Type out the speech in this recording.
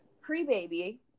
pre-baby